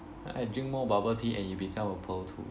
and drink more bubble tea and you become a pearl too